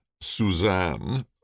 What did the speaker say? Suzanne